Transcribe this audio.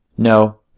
No